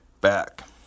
back